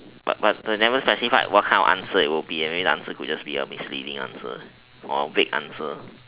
but but but never specified what kind of answer it would be the answer could be an misleading answer or weird answer